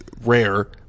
rare